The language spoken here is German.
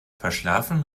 verschlafen